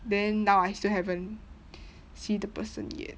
then now I still haven't see the person yet